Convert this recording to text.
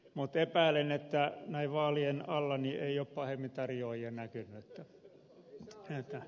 mutta epäilen että ei näin vaalien alla ei ole pahemmin tarjoajia näkynyt